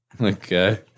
Okay